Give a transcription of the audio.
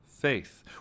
Faith